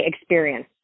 experience